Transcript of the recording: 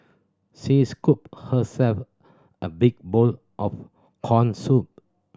she scooped herself a big bowl of corn soup